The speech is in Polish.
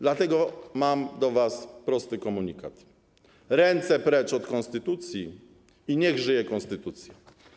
Dlatego mam do was proste komunikaty: ręce precz od konstytucji i niech żyje konstytucja.